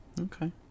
Okay